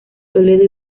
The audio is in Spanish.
toledo